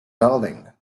darling